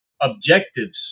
Objectives